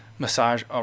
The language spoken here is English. massage